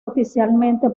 oficialmente